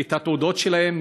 את התעודות שלהם,